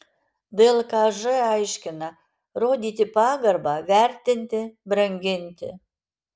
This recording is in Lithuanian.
dlkž aiškina rodyti pagarbą vertinti branginti